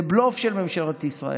זה בלוף של ממשלת ישראל.